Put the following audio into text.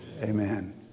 amen